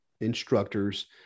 instructors